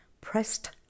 pressed